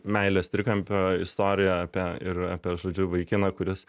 meilės trikampio istoriją apie ir apie žodžiu vaikiną kuris